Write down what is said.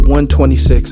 126